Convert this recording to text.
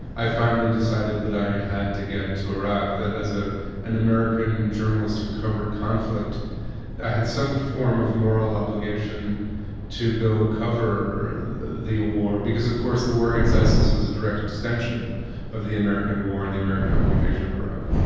i finally decided that i had to get to iraq, that as ah an american journalist who covered conflict conflict i had some form of moral obligation to go cover the war because of course the war against isis was a direct extension of the american war and the american occupation of iraq.